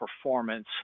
performance